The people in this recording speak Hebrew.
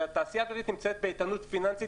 שהתעשייה האווירית נמצאת באיתנות פיננסית